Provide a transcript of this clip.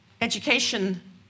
Education